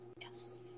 Yes